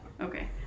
okay